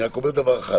אני רק אומר דבר אחד,